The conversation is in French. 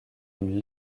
une